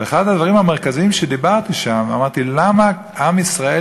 ואחד הדברים המרכזיים שאמרתי שם: למה עם ישראל